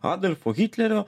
adolfo hitlerio